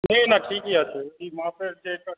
নিয়ে নাও ঠিকই আছে কি মাপের যেইটা